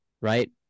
right